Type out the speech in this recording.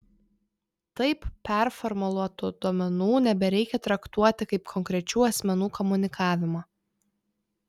taip performuluotų duomenų nebereikia traktuoti kaip konkrečių asmenų komunikavimo